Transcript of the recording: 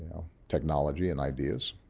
know, technology and ideas.